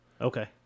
Okay